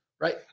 Right